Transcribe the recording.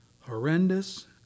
horrendous